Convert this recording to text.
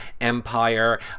Empire